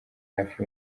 hafi